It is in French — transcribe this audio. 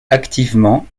activement